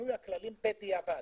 לשינוי הכללים בדיעבד.